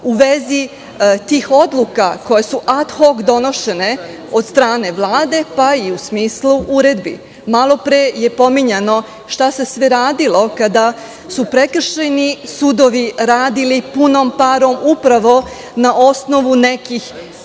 u vezi tih odluka koje su ad hok donošene od strane Vlade, pa i u smislu uredbi. Malopre je pominjano šta se sve radilo kada su prekršajni sudovi radili punom parom, upravo na osnovu nekih od